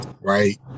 right